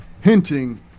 hinting